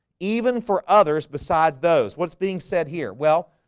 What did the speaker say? even for others besides those what's being said here well,